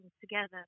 together